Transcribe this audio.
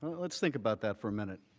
let's think about that for a minute.